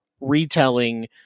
retelling